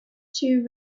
two